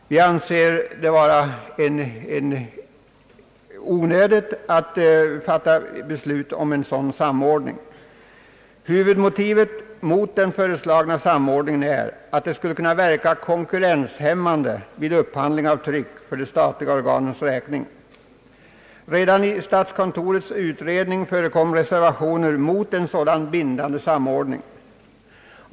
Vi anser det onödigt att fatta beslut om en sådan samordning. Huvudmotivet mot den föreslagna samordningen är att den skulle kunna verka konkurrenshämmande vid upphandling av tryck för de statliga organens räkning. Redan i statskontorets utredning förekom reservationer mot en sådan bindande samordning.